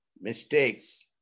mistakes